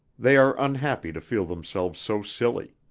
they are unhappy to feel themselves so silly.